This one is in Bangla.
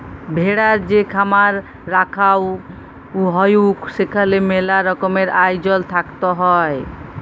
ভেড়ার যে খামার রাখাঙ হউক সেখালে মেলা রকমের আয়জল থাকত হ্যয়